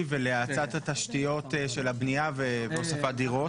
ולהאצת התשתיות של הבנייה והוספת דירות.